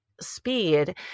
speed